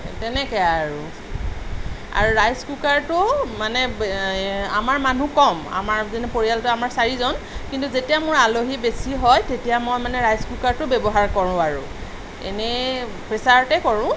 তেনেকেই আৰু আৰু ৰাইচ কুকাৰটোও মানে আমাৰ মানুহ কম আমাৰ পৰিয়ালটো আমাৰ চাৰিজন কিন্তু যেতিয়া মোৰ আলহী বেছি হয় তেতিয়া মই মানে ৰাইচ কুকাৰটো ব্যৱহাৰ কৰোঁ আৰু এনেই প্ৰেচাৰতেই কৰোঁ